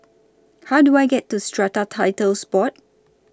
How Do I get to Strata Titles Board